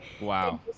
Wow